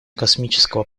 космического